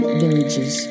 villages